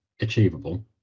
achievable